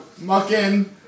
mucking